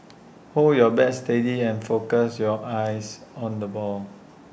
hold your bat steady and focus your eyes on the ball